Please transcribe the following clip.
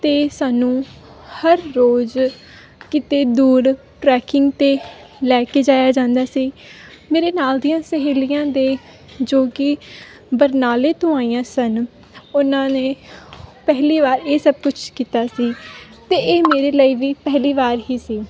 ਅਤੇ ਸਾਨੂੰ ਹਰ ਰੋਜ਼ ਕਿਤੇ ਦੂਰ ਟਰੈਕਿੰਗ 'ਤੇ ਲੈ ਕੇ ਜਾਇਆ ਜਾਂਦਾ ਸੀ ਮੇਰੇ ਨਾਲ ਦੀਆਂ ਸਹੇਲੀਆਂ ਦੇ ਜੋ ਕਿ ਬਰਨਾਲੇ ਤੋਂ ਆਈਆਂ ਸਨ ਉਹਨਾਂ ਨੇ ਪਹਿਲੀ ਵਾਰ ਇਹ ਸਭ ਕੁਛ ਕੀਤਾ ਸੀ ਅਤੇ ਇਹ ਮੇਰੇ ਲਈ ਵੀ ਪਹਿਲੀ ਵਾਰ ਹੀ ਸੀ